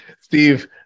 Steve